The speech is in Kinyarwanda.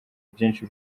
byinshi